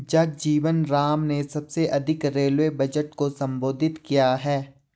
जगजीवन राम ने सबसे अधिक रेलवे बजट को संबोधित किया है